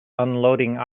unloading